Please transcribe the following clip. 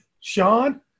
Sean